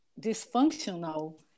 dysfunctional